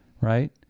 right